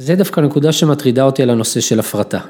זה דווקא הנקודה שמטרידה אותי על הנושא של הפרטה.